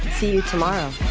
see you tomorrow.